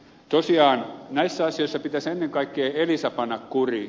tosiaan näissä asioissa pitäisi ennen kaikkea elisa panna kuriin